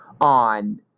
on